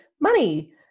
money